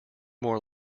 more